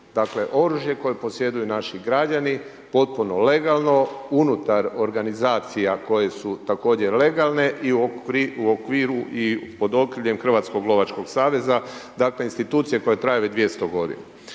oružje koje posjeduju naši građani potpuno legalno unutar organizacija koje su također legalne i u okviru i pod okriljem Hrvatskog lovačkog saveza, dakle institucije koja traje već 200 godina.